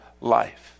life